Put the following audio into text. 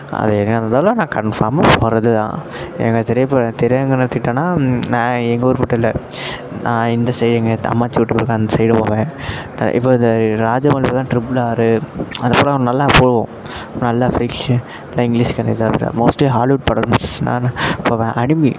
அது என்ன இருந்தாலும் நான் கன்ஃபார்மாக போகிறது தான் ஏன்னா திரைப்படம் திரையரங்கன்னு எடுத்துக்கிட்டேனா நான் எங்கள் ஊர் மட்டும் இல்லை நான் இந்த எங்கள் அம்மாச்சி வீட்டுக்கு அந்த சைடும் போவேன் இப்போ இந்த ராஜமௌலி தான் ட்ரிபிள் ஆறு அந்த படம் நல்லா போகும் நல்லா ப்ரைம் லிஸ்ட்டில் இதாகுது மோஸ்ட்லி ஹாலிவுட் படம் மோஸ்ட்லி நான் போவேன் அனிமி